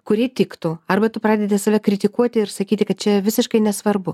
kurie tiktų arba tu pradedi save kritikuoti ir sakyti kad čia visiškai nesvarbu